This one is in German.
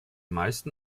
meisten